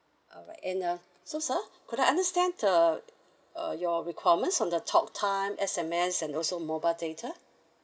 alright and uh so sir could I understand uh uh your requirements on the talk time S_M_S and also mobile data